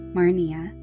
Marnia